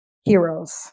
heroes